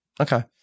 Okay